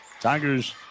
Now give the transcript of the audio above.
Tigers